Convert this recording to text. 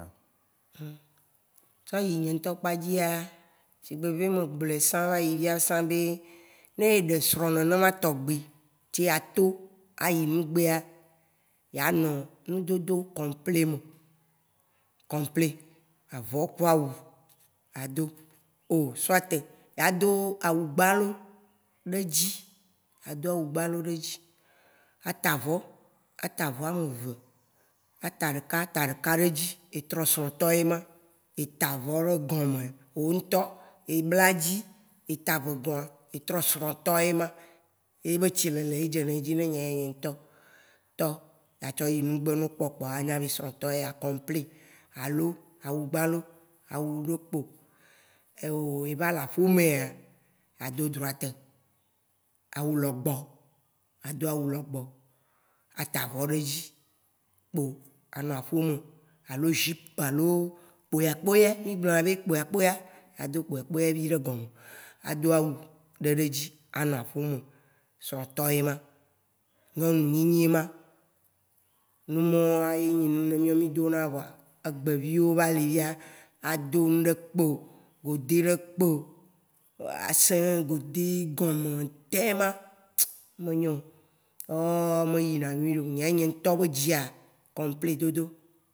Tsɔ yi nyinto kpa dzia, sigbé bé me Gblɔ̃ɛ vayi sã bé, né éɖé srɔ̃ nènèma tɔgbé, tsé ato ayi nugbéa, Yanɔ̃ nudodo kɔ̃plé mè. Kɔ̃plé, avɔ̃ ku awu ado. O, soit yado awu gbalo ɖe dzi. Yado awu gbalo ɖé dzi. Ado awu ɖédzi. Atavɔ̃-atavɔ̃ amé vé. Atavɔ̃, ata ɖeka ata ɖeka ɖédzi. Etrɔ srɔ̃tɔ ema. Etavɔ̃ ɖo gɔmé wo ŋ'tɔ ébladzi. Etavɔ̃ avɔ̃ ve, étrɔ srɔtɔ éma. Yébé tsilélé yé dzénadzi na nyéya ŋ'tɔ-tɔ atsɔ yi nugbé né wo kpɔ wo kpoa, woa nya bé srɔ̃tɔ éya kɔ̃plé alo awu gbalo awu ɖé kpo. O, éva lé aƒéméa, ado droite, awu lɔbɔ ado awu lɔbɔ. Ata avɔ̃ ɖé dzi kpoa anɔ aƒémé. Alo zupe, alo kpoyè kpoyè. Mí gblɔna be kpoyè kpoyè. Ado kpoyè kpoyèvi ɖo gɔme ada awu ɖé dadzi anɔ aƒémé. Srɔ̃ ɖétɔ yé ma. Nyɔnu nyinyi yé ma. Numa woa, yé nyé nu mía mí dona voa egbé viwo va lé via, ado ŋ'ɖé kpɔ, godé ɖé kpo, asĩ godé gɔmè tè ma, me nyɔ̃. Woa me yina nyuèɖéo. Nyéya, nyé ŋ'tɔ bé dzia, kɔ̃plé dodo.